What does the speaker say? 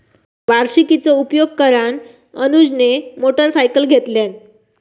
वार्षिकीचो उपयोग करान अनुजने मोटरसायकल घेतल्यान